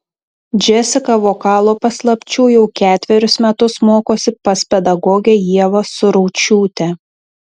džesika vokalo paslapčių jau ketverius metus mokosi pas pedagogę ievą suraučiūtę